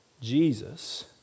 Jesus